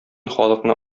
халыкны